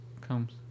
comes